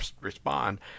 respond